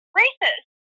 racist